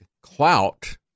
clout